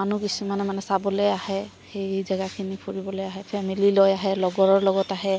মানুহ কিছুমানে মানে চাবলৈ আহে সেই জেগাখিনি ফুৰিবলৈ আহে ফেমিলী লৈ আহে লগৰৰ লগত আহে